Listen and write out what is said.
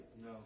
No